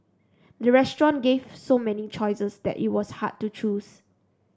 the restaurant gave so many choices that it was hard to choose